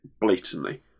blatantly